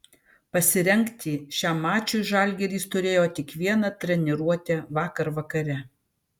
pasirengti šiam mačui žalgiris turėjo tik vieną treniruotę vakar vakare